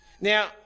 Now